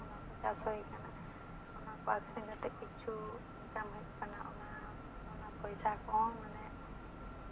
ᱪᱟᱥ ᱦᱩᱭ ᱟᱠᱟᱱᱟ ᱚᱱᱟ ᱠᱚ ᱟᱹᱠᱷᱨᱤᱧ ᱠᱟᱛᱮᱜ ᱠᱤᱪᱷᱩ ᱤᱱᱠᱟᱢ ᱦᱩᱭᱩᱜ ᱠᱟᱱᱟ ᱚᱱᱟ ᱚᱱᱟ ᱯᱚᱭᱥᱟ ᱠᱚᱦᱚᱸ ᱢᱟᱱᱮ